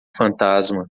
fantasma